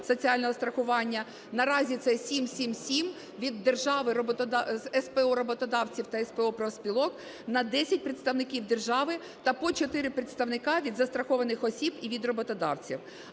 соціального страхування. Наразі це 7-7-7 (від держави, СПО роботодавців та СПО профспілок) на 10 представників держави та по 4 представника від застрахованих осіб і від роботодавців.